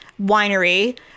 winery